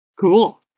Cool